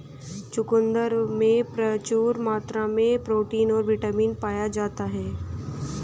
चुकंदर में प्रचूर मात्रा में प्रोटीन और बिटामिन पाया जाता ही